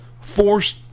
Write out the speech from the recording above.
forced